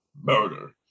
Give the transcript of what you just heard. murder